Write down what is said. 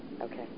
Okay